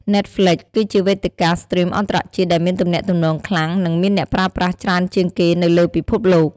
ណែតហ្ល្វិច (Netflix) គឺជាវេទិកាស្ទ្រីមអន្តរជាតិដែលមានទំនាក់ទំនងខ្លាំង និងមានអ្នកប្រើប្រាស់ច្រើនជាងគេនៅលើពិភពលោក។